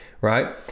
right